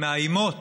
מאיימות